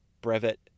Brevet